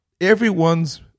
everyone's